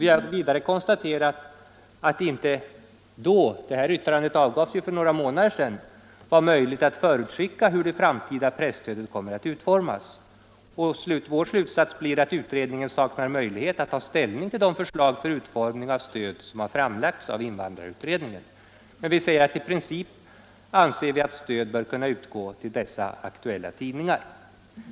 Vi har dessutom konstaterat att det inte vid den tidpunkten — detta yttrande avgavs ju för några månader sedan — var möjligt att förutskicka hur det framtida presstödet kommer att utformas. Vår slutsats blev att utredningen saknar möjlighet att ta ställning till de förslag för utformning av stöd som har framlagts av invandrarutredningen. Vi uttalar dock att vi i princip anser att stöd bör kunna utgå till dessa aktuella tidningar.